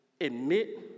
admit